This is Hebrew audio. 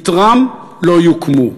יתרם לא יוקם,